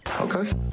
Okay